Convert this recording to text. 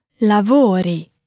LAVORI